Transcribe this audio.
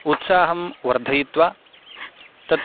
उत्साहं वर्धयित्वा तत्